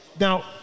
Now